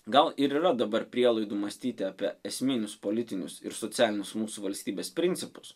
gal ir yra dabar prielaidų mąstyti apie esminius politinius ir socialinius mūsų valstybės principus